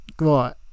right